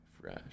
fresh